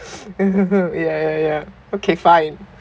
ya ya ya okay fine